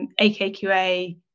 AKQA